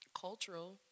Cultural